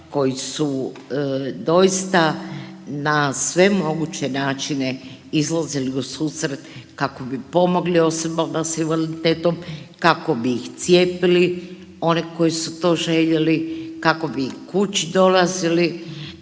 koji su doista na sve moguće načine izlazili ususret kako bi pomogli osobama s invaliditetom, kako bi ih cijepili one koji su to željeli, kako bi kući dolazili